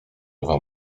ewa